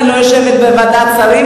אני לא יושבת בוועדת השרים,